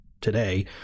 today